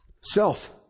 Self